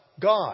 God